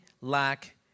lack